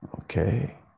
okay